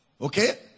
Okay